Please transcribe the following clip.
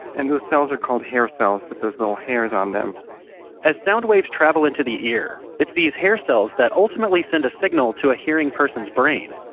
and those cells are called hair cells with those little hairs on them as sound waves travel into the ear, it's these hair cells that ultimately send a signal to a hearing-person's brain.